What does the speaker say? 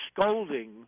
scolding